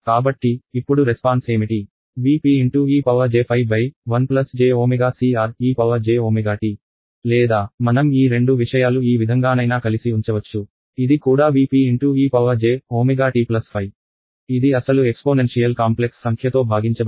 కాబట్టి ఇప్పుడు రెస్పాన్స్ ఏమిటి V p ej ϕ 1 j ω CR e jωt లేదా మనం ఈ రెండు విషయాలు ఈ విధంగానైనా కలిసి ఉంచవచ్చు ఇది కూడా V p e jωtϕ ఇది అసలు ఎక్స్పోనెన్షియల్ కాంప్లెక్స్ సంఖ్యతో భాగించబడినది